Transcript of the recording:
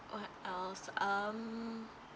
what else um